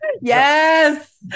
Yes